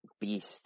beast